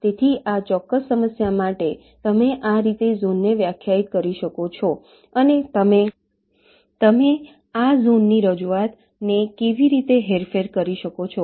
તેથી આ ચોક્કસ સમસ્યા માટે તમે આ રીતે ઝોનને વ્યાખ્યાયિત કરી શકો છો અને તમે ઓળખી શકો છો કે ત્યાં 5 ઝોન છે અને આ માત્ર ઝોનની રજૂઆત છે અમે પછી જોઈશું કે તમે આ ઝોનની રજૂઆતને કેવી રીતે હેરફેર કરી શકો છો